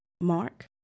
Mark